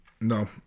No